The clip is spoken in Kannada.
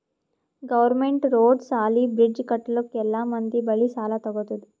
ಗೌರ್ಮೆಂಟ್ ರೋಡ್, ಸಾಲಿ, ಬ್ರಿಡ್ಜ್ ಕಟ್ಟಲುಕ್ ಎಲ್ಲಾ ಮಂದಿ ಬಲ್ಲಿ ಸಾಲಾ ತಗೊತ್ತುದ್